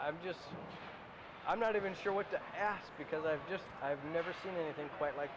i'm just i'm not even sure what to ask because i've just i've never seen anything quite like